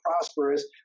prosperous